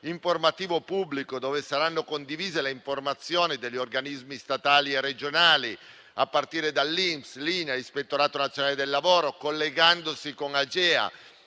informativo pubblico dove saranno condivise le informazioni degli organismi statali e regionali, a partire da INPS, Inail, Ispettorato nazionale del lavoro, collegandosi con Agea